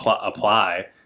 apply